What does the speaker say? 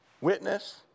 Witness